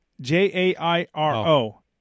J-A-I-R-O